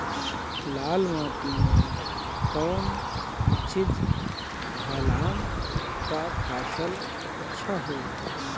लाल माटी मे कौन चिज ढालाम त फासल अच्छा होई?